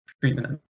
treatment